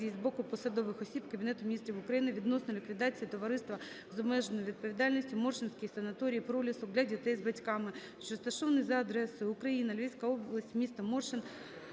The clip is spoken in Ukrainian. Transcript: з боку посадових осіб Кабінету Міністрів України відносно ліквідації товариства з обмеженою відповідальністю "Моршинський санаторій "Пролісок" для дітей з батьками", що розташований за адресою: Україна, Львівська область, місто Моршин,